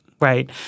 right